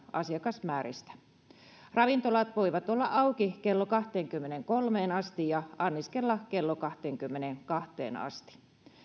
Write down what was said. asiakasmääristä ravintolat voivat olla auki kello kahteenkymmeneenkolmeen asti ja anniskella kello kahteenkymmeneenkahteen asti